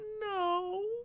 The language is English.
No